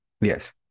Yes